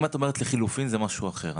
אם את אומרת לחלופין זה משהו אחר.